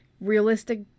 Realistic